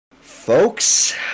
Folks